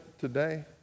today